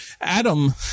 Adam